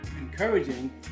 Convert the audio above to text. encouraging